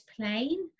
plain